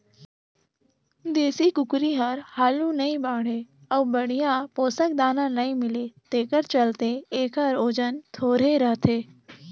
देसी कुकरी हर हालु नइ बाढ़े अउ बड़िहा पोसक दाना नइ मिले तेखर चलते एखर ओजन थोरहें रहथे